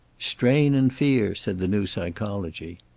strain and fear, said the new psychology.